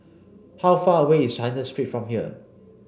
how far away is China Street from here